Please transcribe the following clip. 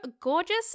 gorgeous